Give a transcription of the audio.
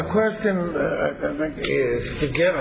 the question again